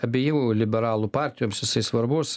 abiejų liberalų partijoms jisai svarbus